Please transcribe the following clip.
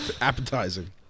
appetizing